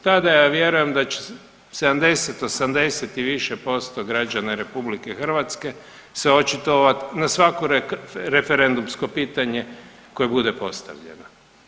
Tada ja vjerujem da će 70, 80 i više posto građana RH se očitovati na svako referendumsko pitanje koje bude postavljeno.